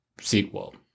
sequel